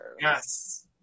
Yes